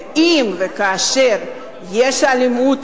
ואם וכאשר יש אלימות